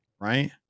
right